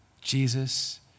Jesus